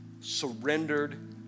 surrendered